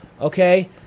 Okay